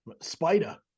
Spider